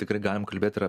tikrai galim kalbėt ir